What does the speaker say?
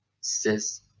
sis